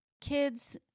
kids